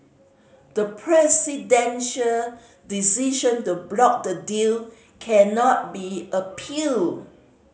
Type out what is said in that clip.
the presidential decision to block the deal cannot be appeal